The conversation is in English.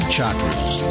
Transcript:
Chakras